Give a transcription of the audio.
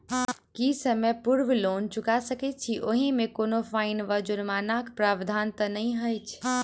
की समय पूर्व लोन चुका सकैत छी ओहिमे कोनो फाईन वा जुर्मानाक प्रावधान तऽ नहि अछि?